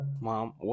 mom